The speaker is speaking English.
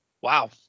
Wow